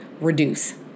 reduce